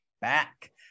back